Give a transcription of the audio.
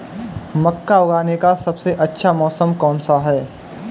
मक्का उगाने का सबसे अच्छा मौसम कौनसा है?